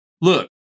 Look